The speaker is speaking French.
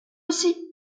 aussi